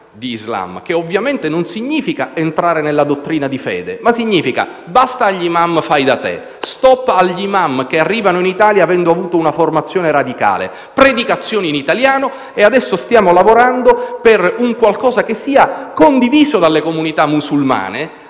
di Islam che, ovviamente, non significa entrare nella dottrina di fede, ma significa dire basta agli *imam* fai di te; stop agli *imam* che arrivano in Italia avendo avuto una formazione radicale, e predicazione in italiano. E adesso stiamo lavorando per un qualcosa che sia condiviso dalle comunità musulmane,